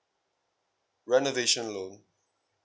renovation loan